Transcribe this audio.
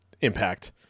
Impact